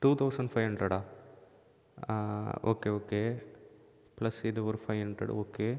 two thousand five ஹண்ட்ரடா okay okay plus இது ஒரு ஃபைவ் ஹண்ட்ரட் ஓகே